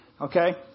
Okay